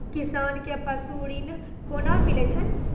किसान कऽ पसु ऋण कोना मिलै छै?